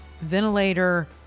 ventilator